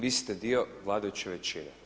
Vi ste dio vladajuće većine.